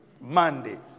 Monday